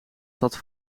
zat